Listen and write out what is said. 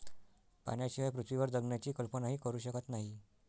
पाण्याशिवाय पृथ्वीवर जगण्याची कल्पनाही करू शकत नाही